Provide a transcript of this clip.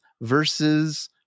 versus